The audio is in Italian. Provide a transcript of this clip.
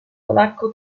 polacco